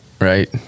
right